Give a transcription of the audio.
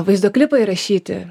vaizdo klipą įrašyti